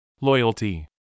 Loyalty